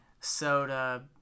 Soda